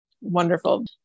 wonderful